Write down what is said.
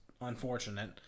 unfortunate